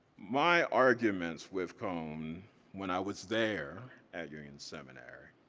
my arguments with cone when i was there at union seminary